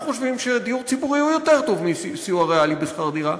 אנחנו חושבים שדיור ציבורי הוא יותר טוב מסיוע ריאלי בשכר דירה,